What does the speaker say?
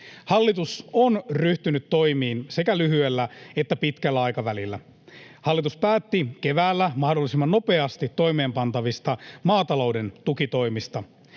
Hallitus on ryhtynyt toimiin sekä lyhyellä että pitkällä aikavälillä. Hallitus päätti keväällä mahdollisimman nopeasti toimeenpantavista maatalouden tukitoimista.